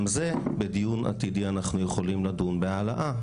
גם זה בדיון עתידי אנחנו יכולים לדון בהעלאה,